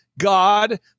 God